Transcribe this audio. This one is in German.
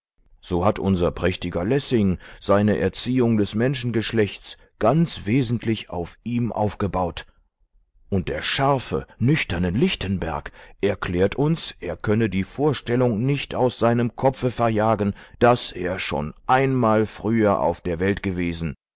so hat unser prächtiger lessing seine erziehung des menschengeschlechts ganz wesentlich auf ihm aufgebaut und der scharfe nüchterne lichtenberg erklärt uns er könne die vorstellung nicht aus seinem kopfe verjagen daß er schon einmal früher auf der welt gewesen